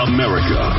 America